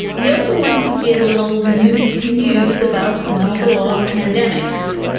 we also wanted to give a little news you can use about, well, the law of pandemics.